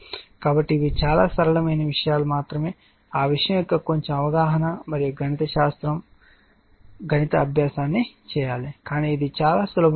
కాబట్టి ఇవి చాలా సరళమైన విషయాలు మాత్రమే ఆ విషయం యొక్క కొంచెం అవగాహన మరియు గణితశాస్త్రం గణిత అభ్యాసాన్ని చేయాలి కానీ ఇది చాలా సులభమైన విషయం